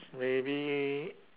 maybe